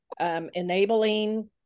enabling